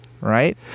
right